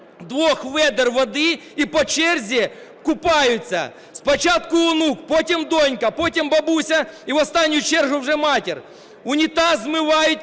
двох відер води, і по черзі купаються: спочатку онук, потім донька, потім бабуся і в останню чергу вже мати. Унітаз змивають